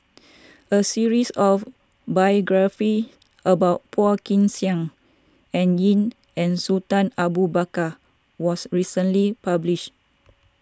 a series of biographies about Phua Kin Siang Dan Ying and Sultan Abu Bakar was recently published